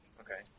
Okay